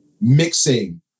mixing